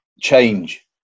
change